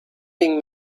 wing